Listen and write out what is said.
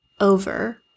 over